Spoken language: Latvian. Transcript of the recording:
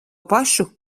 pašu